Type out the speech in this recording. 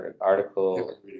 article